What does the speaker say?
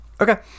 Okay